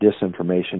disinformation